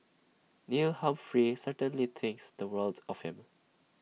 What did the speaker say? Neil Humphrey certainly thinks the world of him